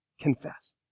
confess